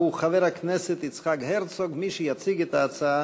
אבקסיס, שולי מועלם-רפאלי, עמרם מצנע,